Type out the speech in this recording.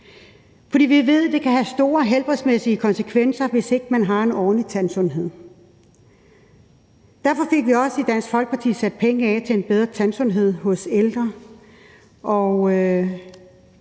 fordi vi ved, at det kan have store helbredsmæssige konsekvenser, hvis ikke man har en ordentlig tandsundhed. Derfor fik vi i Dansk Folkeparti også sat penge af til en bedre tandsundhed hos ældre,